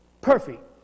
perfect